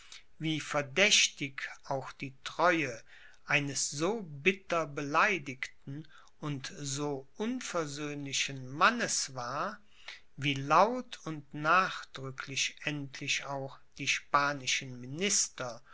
wie verdächtig auch die treue eines so bitter beleidigten und so unversöhnlichen mannes war wie laut und nachdrücklich endlich auch die spanischen minister